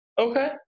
Okay